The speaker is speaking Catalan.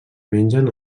mengen